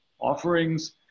offerings